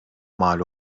mal